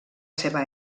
seva